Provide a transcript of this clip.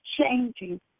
changing